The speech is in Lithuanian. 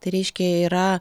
tai reiškia yra